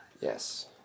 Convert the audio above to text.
Yes